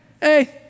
hey